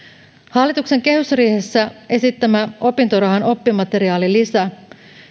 hallituksen kehysriihessä esittämä opintorahan oppimateriaalilisä